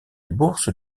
bourse